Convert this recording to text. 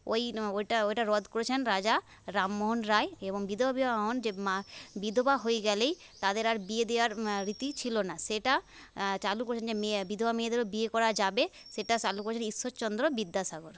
ওই ওটা ওটা রদ করেছেন রাজা রামমোহন রায় এবং বিধবা বিবাহ এমন যে বিধবা হয়ে গেলেই তাদের আর বিয়ে দেওয়ার রীতি ছিল না সেটা চালু করেছিলেন যে বিধবা মেয়েদেরও বিয়ে করা যাবে সেটা চালু করেছিলেন ঈশ্বরচন্দ্র বিদ্যাসাগর